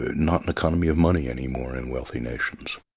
not an economy of money any more in wealthy nations.